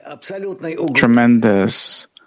tremendous